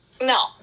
No